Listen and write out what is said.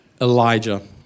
Elijah